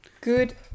Good